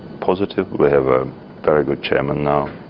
positive, we have a very good chairman now,